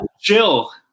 Chill